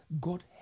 God